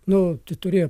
nu ti turėjo